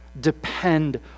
Depend